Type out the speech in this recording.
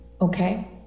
Okay